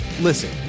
Listen